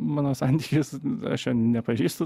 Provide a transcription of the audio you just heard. mano santykis aš jo nepažįstu